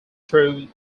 through